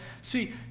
see